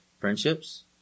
friendships